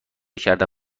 کردم